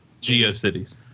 Geo-Cities